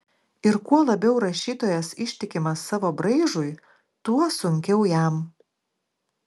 ir kuo labiau rašytojas ištikimas savo braižui tuo sunkiau jam